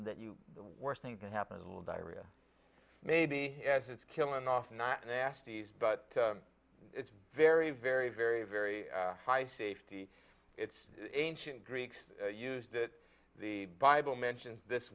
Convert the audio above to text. that you the worst thing to happen is a little diarrhea maybe as it's killing off not a nasty s but it's very very very very high safety it's ancient greeks used that the bible mentions this